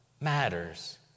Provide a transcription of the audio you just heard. matters